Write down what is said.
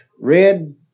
red